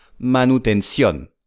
manutención